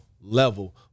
level